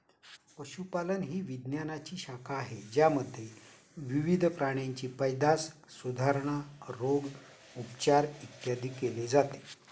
पशुपालन ही विज्ञानाची शाखा आहे ज्यामध्ये विविध प्राण्यांची पैदास, सुधारणा, रोग, उपचार, इत्यादी केले जाते